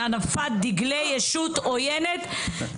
הנורמליזציה שעובר הדגל, דגל